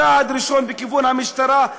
צעד ראשון בכיוון המשטרה,